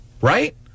Right